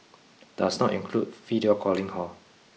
does not include video calling hor